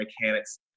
mechanics